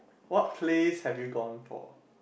what plays have you gone for